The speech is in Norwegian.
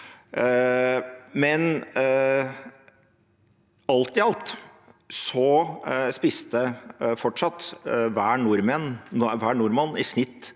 Men alt i alt spiser fortsatt hver nordmann i snitt